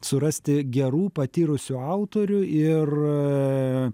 surasti gerų patyrusių autorių ir